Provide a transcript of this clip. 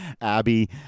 Abby